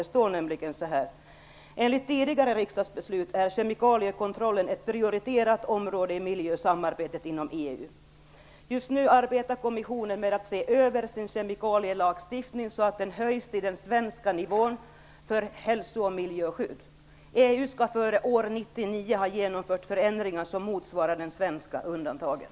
Där står det nämligen så här: "Enligt tidigare riksdagsbeslut är kemikaliekontrollen ett prioriterat område i miljösamarbetet inom EU. - I enlighet med anslutningsfördraget arbetar kommissionen med att se över sin kemikalielagstiftning så att den höjs till den svenska nivån för hälso och miljöskydd. EU skall före år 1999 ha genomfört förändringar som motsvarar de svenska undantagen."